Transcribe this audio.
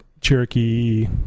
Cherokee